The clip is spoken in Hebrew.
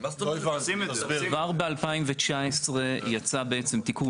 זה לחבור אליכם למערכת את"ן